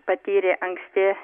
patyrė anksti